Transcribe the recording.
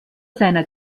seiner